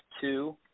two